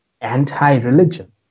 anti-religion